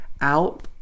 out